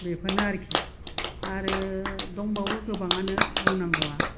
बेफोरनो आरोखि आरो दंबावो गोबां आनो बुंनांगौआ